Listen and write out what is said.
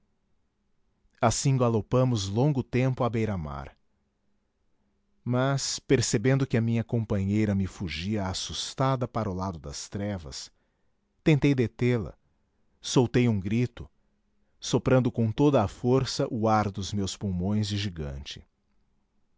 homem assim galopamos longo tempo à beira-mar mas percebendo que a minha companheira me fugia assustada para o lado das trevas tentei detê la soltei um grito soprando com toda a força o ar dos meus pulmões de gigante